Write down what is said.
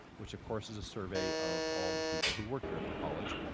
which, of course, is a survey of all the people who work here at the college.